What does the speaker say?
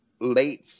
late